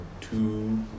two